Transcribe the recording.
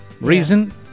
Reason